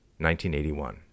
1981